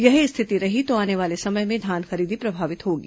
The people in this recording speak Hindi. यही स्थिति रही तो आने वाले समय में धान खरीदी प्रभावित होगी